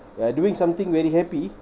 ya doing something very happy